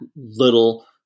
little